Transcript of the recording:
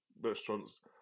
restaurants